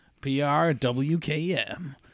P-R-W-K-M